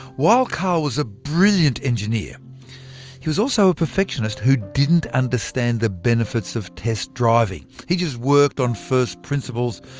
while karl was a brilliant engineer he was also a perfectionist who didn't understand the benefits of test driving. he just worked on first principles,